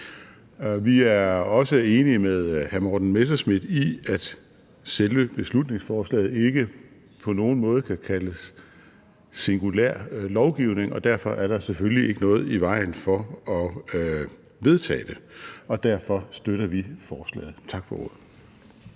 Vi er også enige med hr. Morten Messerschmidt i, at selve beslutningsforslaget ikke på nogen måde kan kaldes singulær lovgivning, og derfor er der selvfølgelig ikke noget i vejen for at vedtage det. Derfor støtter vi forslaget. Tak for ordet.